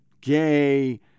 gay